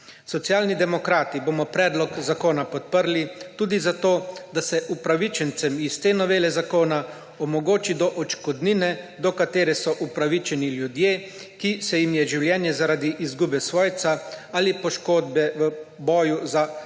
Socialni demokrati bomo predlog zakona podprli tudi zato, da se upravičencem iz te novele zakona omogoči do odškodnine, do katere so upravičeni ljudje, ki se jim je življenje zaradi izgube svojca ali poškodbe v boju za samostojno